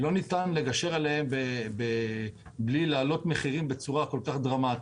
שלא ניתן לגשר עליהן בלי להעלות מחירים בצורה דרמטית.